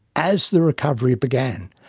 as the recovery began,